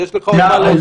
יש לך עוד מה להוסיף?